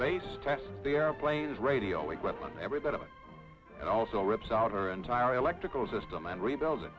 base class the airplanes radio equipment every bit of it also rips out our entire electrical system and rebuilding